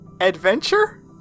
Adventure